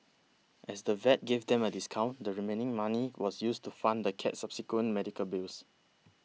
as the vet gave them a discount the remaining money was used to fund the cat's subsequent medical bills